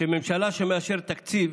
שממשלה שמאשרת תקציב